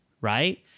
Right